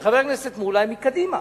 וחבר הכנסת מולה הם מקדימה.